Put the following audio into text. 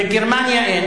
בגרמניה,